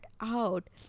out